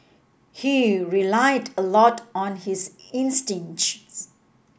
he relied a lot on his